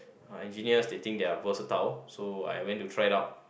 engineers stating their versatile so I went to try it out